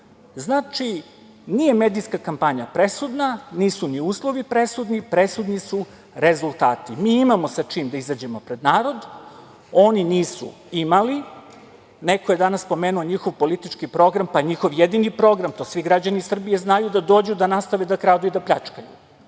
vlast. Znači, nije medijska kampanja presudna, nisu ni uslovi presudni, presudni su rezultati. Mi imamo sa čim da izađemo pred narod oni nisu imali. Neko je danas spomenuo njihov politički program, pa njihov jedini program, to svi građani Srbije znaju, je da dođu i da nastave da kradu i da pljačkaju.